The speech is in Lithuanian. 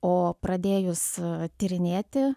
o pradėjus tyrinėti